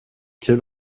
kul